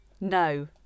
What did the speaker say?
no